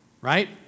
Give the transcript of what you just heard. right